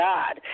God